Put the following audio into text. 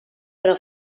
però